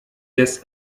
des